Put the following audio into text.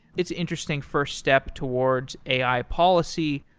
it's interesting first step towards a i. policy.